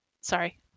sorry